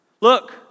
Look